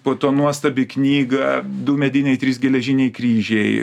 po to nuostabi knyga du mediniai trys geležiniai kryžiai